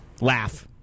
laugh